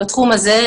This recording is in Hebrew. בתחום הזה,